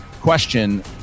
question